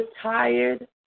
tired